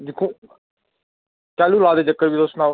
दिक्खो कैह्ल्लूं ला दे चक्कर फ्ही तुस सनाओ